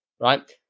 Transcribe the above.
Right